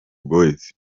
boys